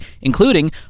including